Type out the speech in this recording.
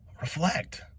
Reflect